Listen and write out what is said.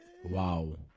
Wow